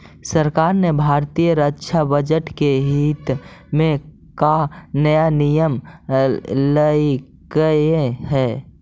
सरकार ने भारतीय रक्षा बजट के हित में का नया नियम लइलकइ हे